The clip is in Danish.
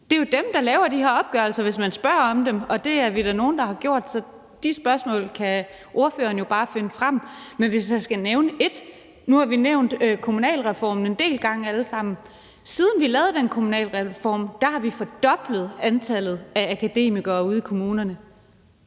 Det er jo dem, der laver de her opgørelser, hvis man beder om det, og det er vi da nogle, der har gjort, så de opgørelser kan ordføreren jo bare finde frem. Men hvis jeg skal nævne en enkelt ting, så har vi alle sammen nævnt kommunalreformen en del gange. Siden vi lavede den kommunalreform, har vi fordoblet antallet af akademikere ude i kommunerne.